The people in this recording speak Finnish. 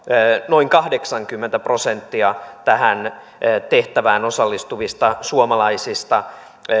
noin kahdeksankymmentä prosenttia tähän tehtävään osallistuvista suomalaisista